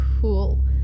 Cool